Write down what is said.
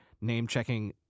name-checking